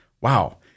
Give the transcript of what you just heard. wow